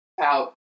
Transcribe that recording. out